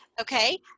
okay